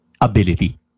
ability